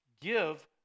Give